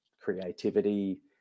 creativity